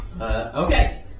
Okay